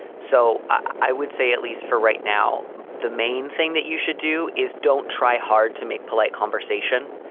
so i would say, at least for right now, the main thing that you should do is don't try hard to make polite conversation,